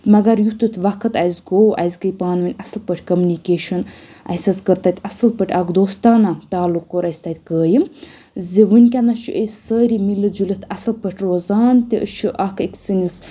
مَگر یُتھ یُتھ وَقت اَسہِ گوٚو اَسہِ گٔیہِ پانہٕ ؤنۍ اَصٕل پٲٹھۍ کٔمنِکیشَن اَسہِ حظ کٔر تَتہِ اصٕل پٲٹھۍ اَکھ دوستانہ تَعلُق کوٚر اَسہِ تتہِ قٲیِم زِ وٕنکؠنَس چھِ أسۍ سٲرِی مِلِتھ جُلِتھ اَصٕل پٲٹھۍ روزان تہٕ أسۍ چھِ اَکھ أکۍ سٕنٛدِس